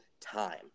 time